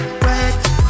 wet